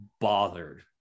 bothered